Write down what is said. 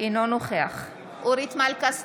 אינו נוכח אורית מלכה סטרוק,